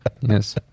Yes